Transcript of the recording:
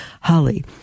Holly